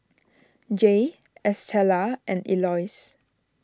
Jaye Estella and Elois